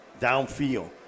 downfield